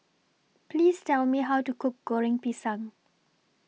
Please Tell Me How to Cook Goreng Pisang